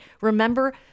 Remember